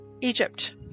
Egypt